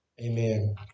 Amen